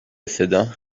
sedan